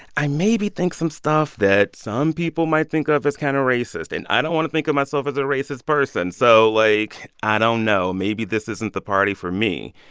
i maybe think some stuff that some people might think of as kind of racist, and i don't want to think of myself as a racist person. so, like, i don't know. maybe this isn't the party for me.